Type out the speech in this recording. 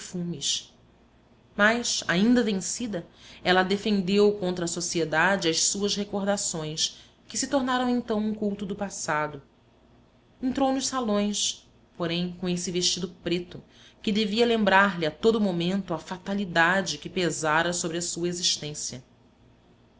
perfumes mas ainda vencida ela defendeu contra a sociedade as suas recordações que se tornaram então um culto do passado entrou nos salões porém com esse vestido preto que devia lembrar-lhe a todo o momento a fatalidade que pesara sobre a sua existência